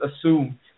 assume